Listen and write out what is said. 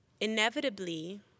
inevitably